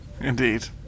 Indeed